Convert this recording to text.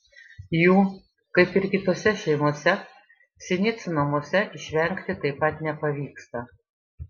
jų kaip ir kitose šeimose sinicų namuose išvengti taip pat nepavyksta